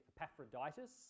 Epaphroditus